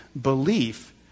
belief